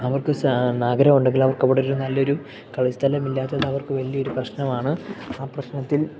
അവർക്ക് സ ആഗ്രഹമുണ്ടെങ്കിലും അവർക്കിവിടൊരു നല്ലൊരു കളിസ്ഥലമില്ലാത്തതവർക്ക് വലിയൊരു പ്രശ്നമാണ് ആ പ്രശ്നത്തിൽ